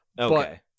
okay